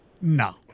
No